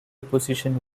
position